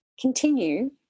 continue